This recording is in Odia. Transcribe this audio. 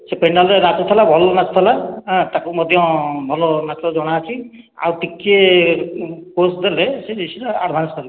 ସେ ପେଣ୍ଡାଲରେ ନାଚୁଥିଲା ଭଲ ନାଚୁଥିଲା ହଁ ତାକୁ ମଧ୍ୟ ଭଲ ନାଚ ଜଣାଅଛି ଆଉ ଟିକେ ପୋଜ ଦେଲେ ସେ ନିଶ୍ଚିନ୍ତ ଆଡ଼ଭାନ୍ସ କରିବ